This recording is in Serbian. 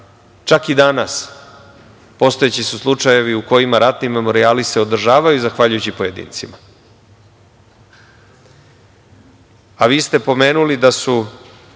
Čak i danas postoje slučajevi u kojima se ratni memorijali održavaju zahvaljujući pojedincima. Vi ste pomenuli da su